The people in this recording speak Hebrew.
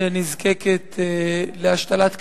שנזקקת להשתלת כבד,